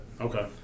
Okay